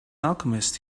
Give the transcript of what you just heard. alchemist